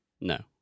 No